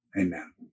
Amen